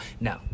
No